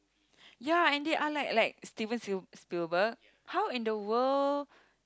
ya and they are like like Steven Sil~ Spielberg how in the world